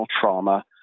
trauma